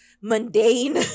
mundane